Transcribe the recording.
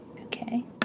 Okay